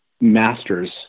masters